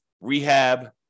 rehab